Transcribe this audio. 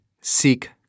seek